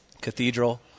Cathedral